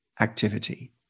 activity